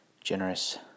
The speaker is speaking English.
generous